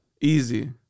Easy